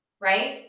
right